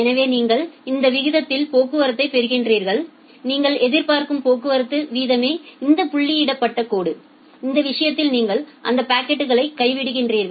எனவே நீங்கள் இந்த விகிதத்தில் போக்குவரத்தைப் பெறுகிறீர்கள் நீங்கள் எதிர்பார்க்கும் போக்குவரத்து வீதமே இந்த புள்ளியிடப்பட்ட கோடு அந்த விஷயத்தில் நீங்கள் அந்த பாக்கெட்களை கைவிடுகிறீர்கள்